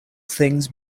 things